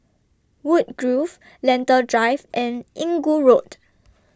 Woodgrove Lentor Drive and Inggu Road